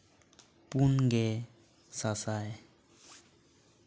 ᱯᱩᱱᱜᱮ ᱥᱟᱥᱟᱭ